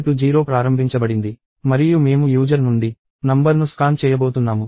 మరియు మేము వినియోగదారు నుండి నంబర్ను స్కాన్ చేయబోతున్నాము